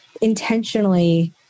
intentionally